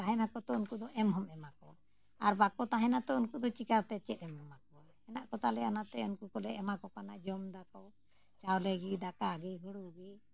ᱛᱟᱦᱮᱱ ᱟᱠᱚᱛᱚ ᱩᱱᱠᱩ ᱫᱚ ᱮᱢ ᱦᱚᱢ ᱮᱢᱟ ᱠᱚᱣᱟ ᱟᱨ ᱵᱟᱠᱚ ᱛᱟᱦᱮᱱᱟ ᱛᱚ ᱩᱱᱠᱩ ᱫᱚ ᱪᱮᱠᱟᱛᱮ ᱪᱮᱫ ᱮᱢ ᱮᱢᱟ ᱠᱚᱣᱟ ᱦᱮᱱᱟᱜ ᱠᱚ ᱛᱟᱞᱮᱭᱟ ᱚᱱᱟᱛᱮ ᱩᱱᱠᱩ ᱠᱚᱞᱮ ᱮᱢᱟ ᱠᱚ ᱠᱟᱱᱟ ᱡᱚᱢ ᱮᱫᱟᱠᱚ ᱪᱟᱣᱞᱮ ᱜᱮ ᱫᱟᱠᱟ ᱜᱮ ᱦᱩᱲᱩ ᱜᱮ